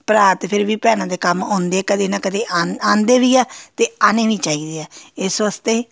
ਭਰਾ ਅਤੇ ਫਿਰ ਵੀ ਭੈਣਾਂ ਦੇ ਕੰਮ ਆਉਂਦੇ ਆ ਕਦੇ ਨਾ ਕਦੇ ਆਂ ਆਉਂਦੇ ਵੀ ਆ ਅਤੇ ਆਉਣੇ ਵੀ ਚਾਹੀਦੇ ਆ ਇਸ ਵਾਸਤੇ